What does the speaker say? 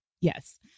Yes